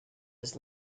his